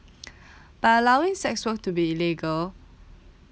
by allowing sex work to be illegal